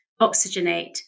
oxygenate